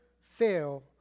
fail